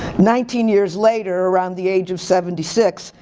nineteen years later around the age of seventy six,